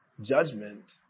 judgment